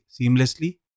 seamlessly